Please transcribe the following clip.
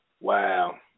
wow